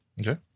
Okay